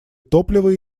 топливо